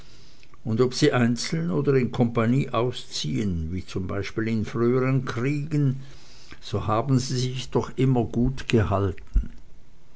und ob sie einzeln oder in kompanie ausziehen wie z b in früheren kriegen so haben sie sich doch immer gut gehalten